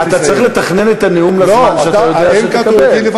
מיקי דיבר, אז, אתה יודע, זה לא,